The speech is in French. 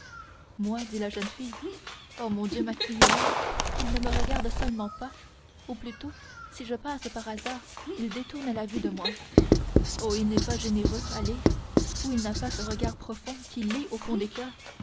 moi dit la jeune fille oh mon dieu maximilien il ne me regarde seulement pas ou plutôt si je passe par hasard il détourne la vue de moi oh il n'est pas généreux allez ou il n'a pas ce regard profond qui lit au fond des coeurs